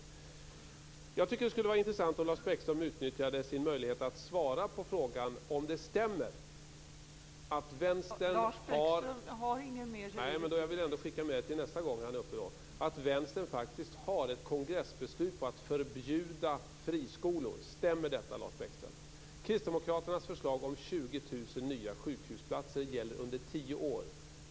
Jag tycker att det skulle vara intressant om Lars Bäckström utnyttjade sin möjlighet att svara på frågan om det stämmer att Vänstern har ett kongressbeslut på att förbjuda friskolor. Stämmer detta Lars Kristdemokraternas förslag om 20 000 nya sjukhusplatser gäller under tio år.